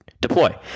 Deploy